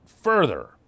further